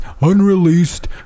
unreleased